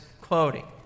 quoting